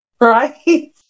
Right